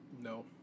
No